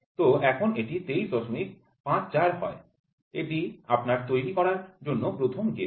তো এখন এটি ২৩৫৪ হয় এটি আপনার তৈরি করার জন্য ১'ম গেজ